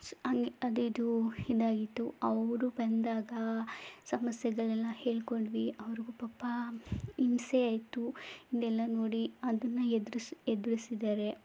ಅದೇದೋ ಇದಾಗಿತ್ತು ಅವರು ಬಂದಾಗ ಸಮಸ್ಯೆಗಳನ್ನೆಲ್ಲ ಹೇಳಿಕೊಂಡ್ವಿ ಅವ್ರಿಗೂ ಪಾಪ ಹಿಂಸೆ ಆಯಿತು ಇದೆಲ್ಲ ನೋಡಿ ಅದನ್ನು ಎದ್ರಿಸು ಎದುರಿಸಿದ್ದಾರೆ